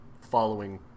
following